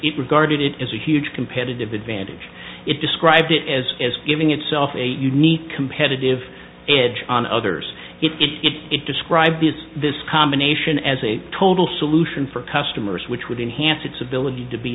it regarded it as a huge competitive advantage it described it as giving itself a unique competitive edge on others it described these this combination as a total solution for customers which would enhance its ability to be